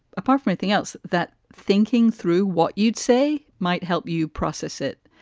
apart from anything else, that thinking through what you'd say might help you process it.